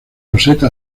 roseta